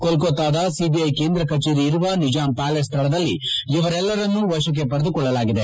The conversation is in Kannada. ಕೋಲ್ಕತಾದ ಸಿಐ ಕೇಂದ್ರ ಕಜೇರಿ ಇರುವ ನಿಜಾಂ ಪ್ಯಾಲೇಸ್ ಸ್ಥಳದಲ್ಲಿ ಇವರೆಲ್ಲರನ್ನೂ ವಶಕ್ಕೆ ಪಡೆದುಕೊಳ್ಳಲಾಗಿದೆ